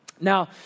Now